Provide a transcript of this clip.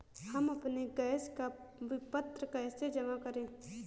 हम अपने गैस का विपत्र कैसे जमा करें?